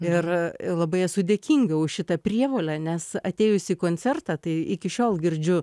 ir labai esu dėkinga už šitą prievolę nes atėjus į koncertą tai iki šiol girdžiu